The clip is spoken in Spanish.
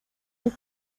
del